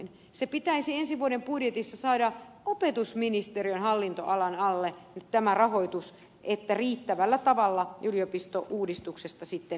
tämä rahoitus pitäisi ensi vuoden budjetissa saada opetusministeriön hallintoalan alle että riittävällä tavalla yliopistouudistuksesta sitten selvitään